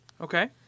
Okay